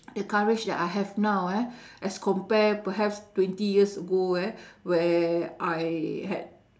the courage that I have now ah as compared perhaps twenty years ago eh where I had